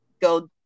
go